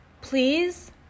please